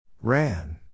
Ran